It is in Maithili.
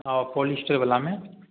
आओर पॉलिस्टरवलामे